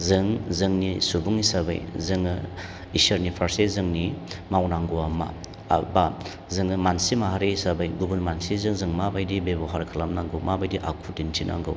जों जोंनि सुबुं हिसाबै जोङो इसोरनि फारसे जोंनि मावनांगौआ मा बा जोङो मानसि माहारि हिसाबै गुबुन मानसि जों माबायदि बेबहार खालाम नांगौ मा बायदि आखु दिन्थि नांगौ